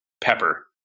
Pepper